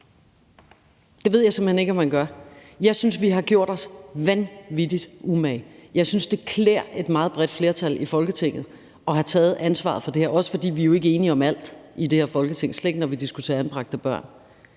Det ved jeg simpelt hen ikke om man gør. Jeg synes, vi har gjort os vanvittig umage. Jeg synes, det klæder et meget bredt flertal i Folketinget at have taget ansvaret for det her, også fordi vi jo ikke er enige om alt i det her Folketing, og det er vi slet ikke, når vi diskuterer anbragte børn.